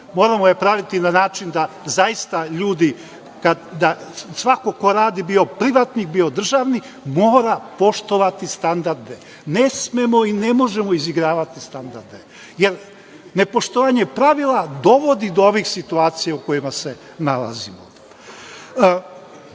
moramo je praviti na način da zaista svako ko radi, bio privatnik, bio državni, mora poštovati standarde. Ne smemo i ne možemo izigravati standarde, jer nepoštovanje pravila dovodi do ovih situacija u kojima se nalazimo. Još